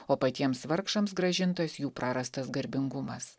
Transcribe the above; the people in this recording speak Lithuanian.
o patiems vargšams grąžintas jų prarastas garbingumas